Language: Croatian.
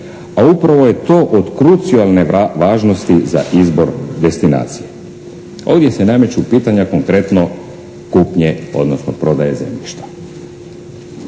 a upravo je to od krucione važnosti za izbor destinacije. Ovdje se nameću pitanja konkretno kupnje, odnosno prodaje zemljišta.